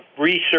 research